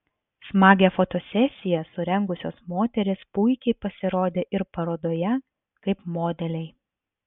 smagią fotosesiją surengusios moterys puikiai pasirodė ir parodoje kaip modeliai